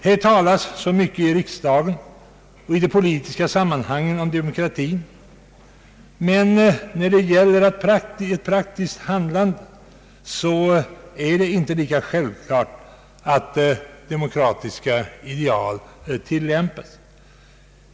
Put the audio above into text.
Här talas så mycket i riksdagen och i de politiska sammanhangen om demokrati, men när det gäller ett praktiskt handlande är det inte lika självklart att demokratiska ideal tillämpas.